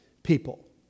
People